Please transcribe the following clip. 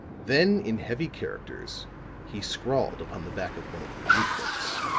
then in heavy characters he scrawled upon the back of one of the blue-prints.